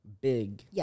big